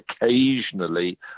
occasionally